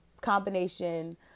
combination